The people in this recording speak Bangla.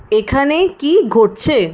এখানে কি ঘটছে